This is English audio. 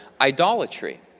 idolatry